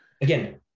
again